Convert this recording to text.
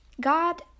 God